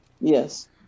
yes